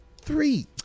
Three